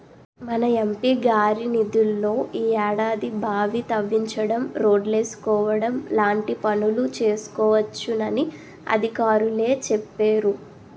మన ఎం.పి గారి నిధుల్లో ఈ ఏడాది బావి తవ్వించడం, రోడ్లేసుకోవడం లాంటి పనులు చేసుకోవచ్చునని అధికారులే చెప్పేరు